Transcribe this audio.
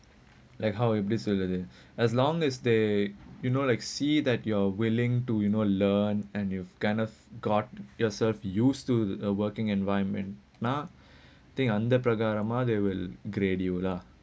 like how you எப்டி சொல்றதே:epdi solrthae as long as they you know like see that you're willing to you know learn and you've kind of got yourself used to a working environment not think under programmer they will grade you lah